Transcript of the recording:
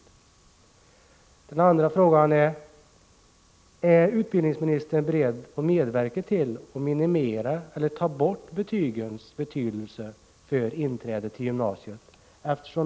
Min andra fråga är: Är utbildningsministern beredd att medverka till att minimera eller ta bort betygens betydelse för inträde till gymnasiet?